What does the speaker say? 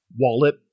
Wallet